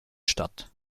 statt